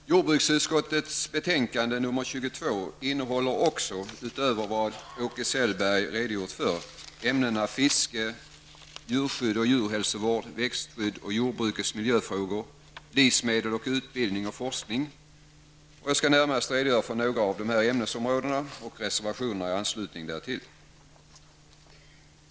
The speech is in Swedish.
Fru talman! Jordbruksutskottets betänkande 22 innehåller också -- utöver vad Åke Selberg redogjort för -- ämnena fiske, djurskydd och djurhälsovård, växtskydd och jordbrukets miljöfrågor, livsmedel och utbildning samt forskning. Jag skall närmast redogöra för några av dessa ämnesområden och reservationerna i anslutning därtill.